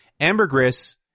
Ambergris